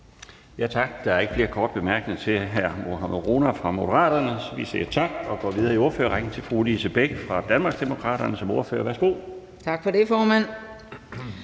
Tak. Der er ikke flere korte bemærkninger til hr. Mohammad Rona fra Moderaterne. Vi siger tak og går videre i ordførerrækken til fru Lise Bech fra Danmarksdemokraterne. Værsgo. Kl. 16:09 (Ordfører)